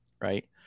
Right